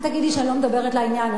ותגיד לי שאני לא מדברת לעניין.